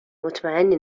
مطمئنی